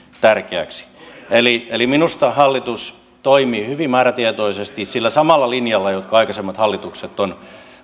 tärkeäksi minusta hallitus toimi hyvin määrätietoisesti sillä samalla linjalla jonka aikaisemmat hallitukset ovat